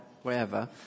wherever